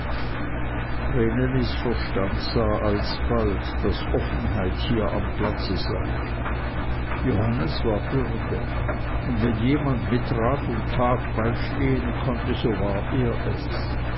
verstand sah alsbald daß offenheit hier am platze sei johannes war bürge und wenn jemand mit rat und tat beistehen konnte so war er es